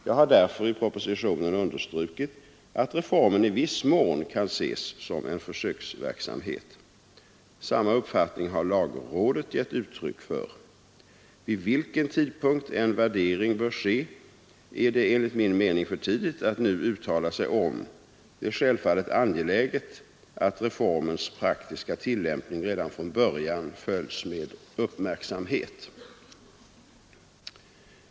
Jag har därför i propositionen understrukit att reformen i viss mån kan ses som en försöksverksamhet. Samma uppfattning har lagrådet gett uttryck för. Vid vilken tidpunkt en värdering bör ske är det enligt min mening för tidigt att nu uttala sig om; det är självfallet angeläget att reformens praktiska tillämpning redan från början följs med uppmärksamhet.